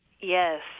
Yes